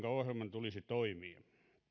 tulisi toimia